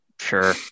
Sure